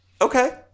Okay